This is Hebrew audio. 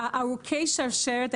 לארוכי שרשרת,